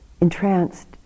entranced